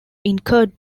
incurred